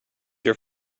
your